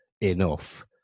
enough